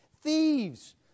Thieves